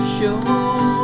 Show